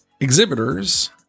exhibitors